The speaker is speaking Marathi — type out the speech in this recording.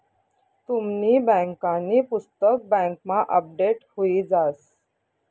तुमनी बँकांनी पुस्तक बँकमा अपडेट हुई जास